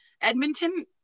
Edmonton